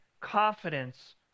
confidence